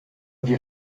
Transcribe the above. wir